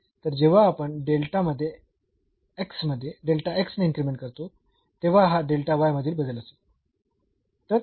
तर जेव्हा आपण मध्ये मध्ये ने इन्क्रीमेंट करतो तेव्हा हा मधील बदल असेल